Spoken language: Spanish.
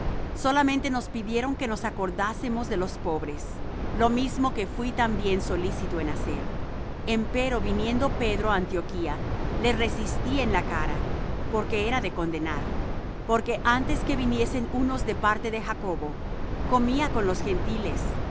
solamente nos pidieron que nos acordásemos de los pobres lo mismo que fuí también solícito en hacer empero viniendo pedro á antioquía le resistí en la cara porque era de condenar porque antes que viniesen unos de parte de jacobo comía con los gentiles